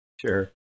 Sure